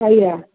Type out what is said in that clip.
ଆଜ୍ଞା